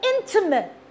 intimate